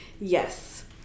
Yes